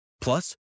Plus